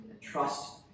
trust